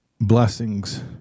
blessings